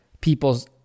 people's